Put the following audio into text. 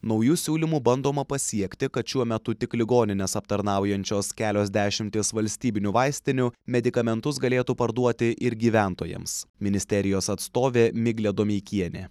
nauju siūlymu bandoma pasiekti kad šiuo metu tik ligonines aptarnaujančios kelios dešimtys valstybinių vaistinių medikamentus galėtų parduoti ir gyventojams ministerijos atstovė miglė domeikienė